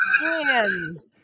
Hands